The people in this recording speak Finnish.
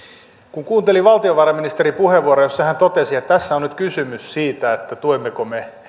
kun kuuntelin valtiovarainministerin puheenvuoroa jossa hän totesi että tässä on nyt kysymys siitä tuemmeko me